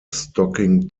stocking